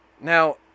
Now